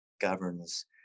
governs